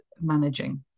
managing